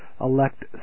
elect